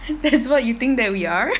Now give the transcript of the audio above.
that's what you think that we are